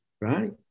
Right